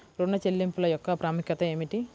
ఋణ చెల్లింపుల యొక్క ప్రాముఖ్యత ఏమిటీ?